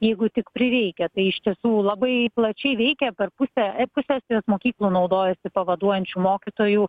jeigu tik prireikia tai iš tiesų labai plačiai veikia per pusę e pusė estijos mokyklų naudojasi pavaduojančių mokytojų